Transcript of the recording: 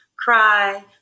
cry